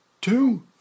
Two